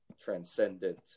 transcendent